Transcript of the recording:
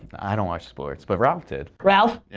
i don't watch sports but ralph did. ralph?